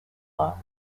flow